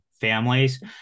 families